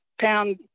pound